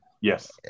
yes